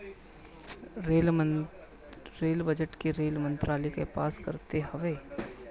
rail budget rail मंत्रालय पास करत हवे